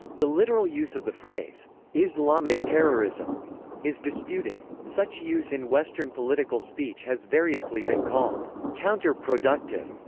the literal use of the phrase islamic terrorism is disputed. such use in western political speech has variously been called counter-productive,